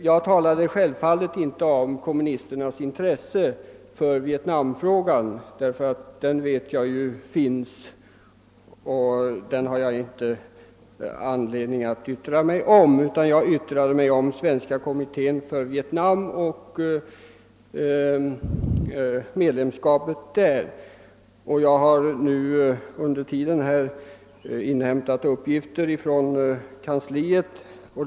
Jag talade självfallet inte om kommunisternas intresse för Vietnamfrå gan — jag vet att det finns och har ingen anledning att yttra mig därom — utan jag talade om Svenska kommittén för Vietnam och om medlemskapet i denna. Efter anförandet har jag inhämtat vissa uppgifter från kommitténs kansli.